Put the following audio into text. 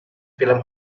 film